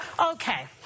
Okay